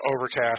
Overcast